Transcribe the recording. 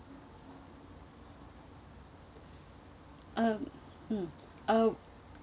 uh mm uh